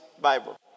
Bible